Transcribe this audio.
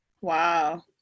Wow